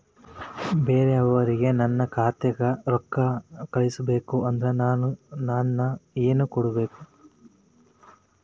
ಬ್ಯಾರೆ ಅವರು ನನ್ನ ಖಾತಾಕ್ಕ ರೊಕ್ಕಾ ಕಳಿಸಬೇಕು ಅಂದ್ರ ನನ್ನ ಏನೇನು ಕೊಡಬೇಕು?